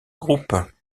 groupe